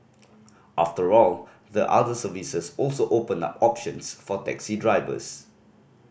after all the other services also open up options for taxi drivers